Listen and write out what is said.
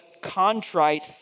contrite